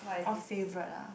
orh favourite ah